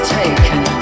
taken